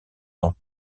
dans